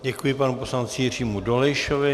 Děkuji panu poslanci Jiřímu Dolejšovi.